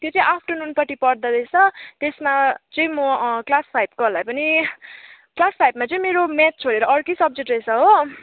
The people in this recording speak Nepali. त्यो चाहिँ आफ्टरनुन पट्टि पर्दो रहेछ त्यसमा चाहिँ म क्लास फाइभकोहरूलाई पनि क्लास फाइभमा चाहिँ मरो म्थाथ छोडेर अर्कै सब्जेक्ट रहेछ हो